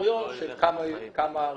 בדירקטוריון של כמה רשויות.